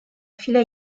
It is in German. viele